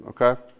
okay